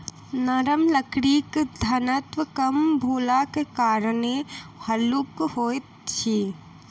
नरम लकड़ीक घनत्व कम भेलाक कारणेँ हल्लुक होइत अछि